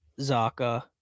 Zaka